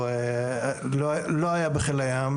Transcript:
הוא לא היה בחיל הים,